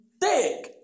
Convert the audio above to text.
take